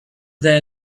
their